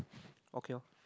okay orh